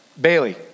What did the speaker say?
Bailey